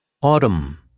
Autumn